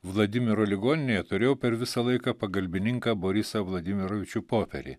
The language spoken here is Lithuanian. vladimiro ligoninėje turėjau per visą laiką pagalbininką borisą vladimirovičių poperį